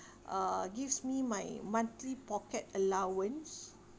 uh gives me my monthly pocket allowance